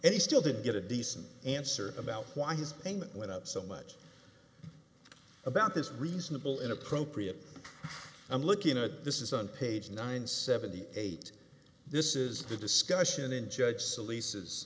and he still didn't get a decent answer about why his payment went up so much about this reasonable inappropriate i'm looking at this is on page nine seventy eight this is the discussion in judge s